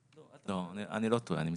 אני לא טועה סליחה.